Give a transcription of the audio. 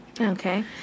Okay